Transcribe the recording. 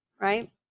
Right